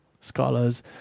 scholars